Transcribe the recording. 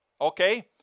Okay